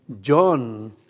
John